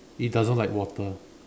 it doesn't like water